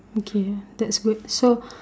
okay uh that's good so